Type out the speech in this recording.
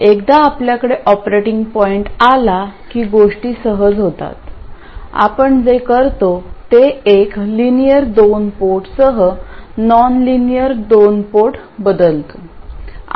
एकदा आपल्याकडे operating point आला की गोष्टी सहज होतात आपण जे करतो ते एक लिनियर दोन पोर्टसह नॉनलिनियर दोन पोर्ट बदलतो